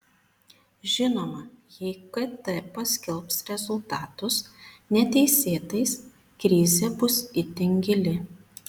žinoma jei kt paskelbs rezultatus neteisėtais krizė bus itin gili